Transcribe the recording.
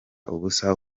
ubusa